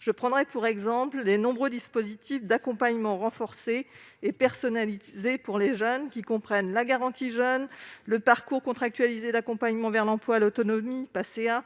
Je pourrais ainsi mentionner les nombreux dispositifs d'accompagnement renforcé et personnalisé pour les jeunes, dont la garantie jeunes, le parcours contractualisé d'accompagnement vers l'emploi et l'autonomie (Pacea),